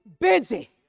busy